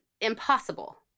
impossible